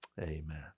Amen